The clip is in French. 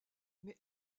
mais